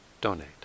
donate